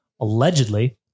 allegedly